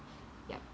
yup